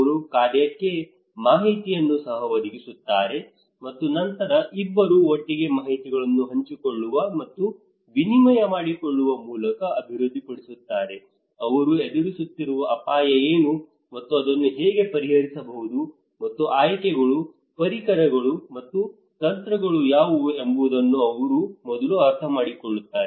ಅವರು ಕಾರ್ಯಕ್ಕೆ ಮಾಹಿತಿಯನ್ನು ಸಹ ಒದಗಿಸುತ್ತಾರೆ ಮತ್ತು ನಂತರ ಇಬ್ಬರೂ ಒಟ್ಟಿಗೆ ಮಾಹಿತಿಗಳನ್ನು ಹಂಚಿಕೊಳ್ಳುವ ಮತ್ತು ವಿನಿಮಯ ಮಾಡಿಕೊಳ್ಳುವ ಮೂಲಕ ಅಭಿವೃದ್ಧಿಪಡಿಸುತ್ತಾರೆ ಅವರು ಎದುರಿಸುತ್ತಿರುವ ಅಪಾಯ ಏನು ಮತ್ತು ಅದನ್ನು ಹೇಗೆ ಪರಿಹರಿಸಬಹುದು ಮತ್ತು ಆಯ್ಕೆಗಳು ಪರಿಕರಗಳು ಮತ್ತು ತಂತ್ರಗಳು ಯಾವುವು ಎಂಬುದನ್ನು ಅವರು ಮೊದಲು ಅರ್ಥಮಾಡಿಕೊಳ್ಳುತ್ತಾರೆ